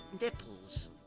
nipples